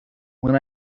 when